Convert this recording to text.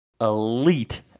elite